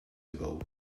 ago